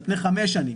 על פני חמש שנים.